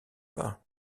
pas